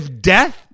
death